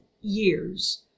years